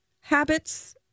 habits